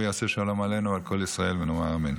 יעשה שלום עלינו ועל כל ישראל ונאמר אמן.